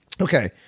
Okay